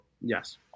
Yes